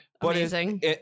amazing